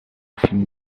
film